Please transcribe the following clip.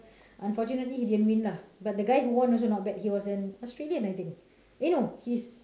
unfortunately he didn't win lah but the guy who won also not bad he was an australian I think eh no he's